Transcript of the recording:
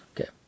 Okay